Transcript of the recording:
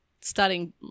starting